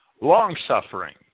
long-suffering